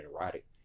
erotic